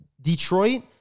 detroit